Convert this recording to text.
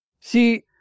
See